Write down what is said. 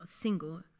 single